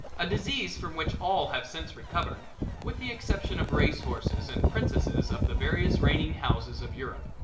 a disease from which all have since recovered with the exception of racehorses and princesses of the various reigning houses of europe.